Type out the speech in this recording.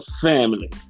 family